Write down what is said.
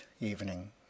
evening